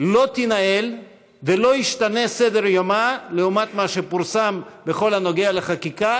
לא תינעל ולא ישתנה סדר-יומה לעומת מה שפורסם בכל הנוגע לחקיקה